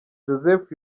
joseph